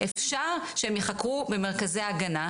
אפשר שהם ייחקרו במרכזי ההגנה.